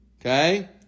Okay